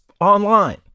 online